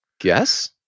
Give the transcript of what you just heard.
guess